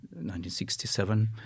1967